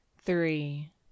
THREE